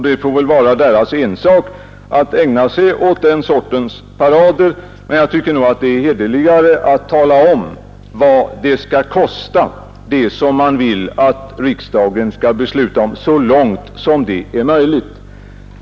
Det får väl vara deras ensak att ägna sig åt den sortens parader, men jag tycker nog att det är hederligare att så långt möjligt tala om vad det man vill att riksdagen skall besluta om kommer att kosta.